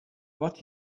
what